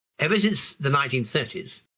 ever since the nineteen thirty s,